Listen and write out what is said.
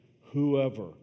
Whoever